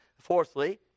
fourthly